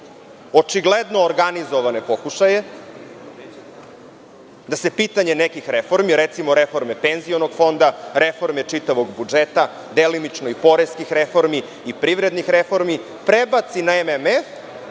očigledno organizovane pokušaje da se pitanje nekih reformi, recimo, reforme penzionog fonda, reforme čitavog budžeta, delimično i poreskih reformi i privrednih reformi, prebaci na MMF,